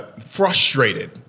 frustrated